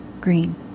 Green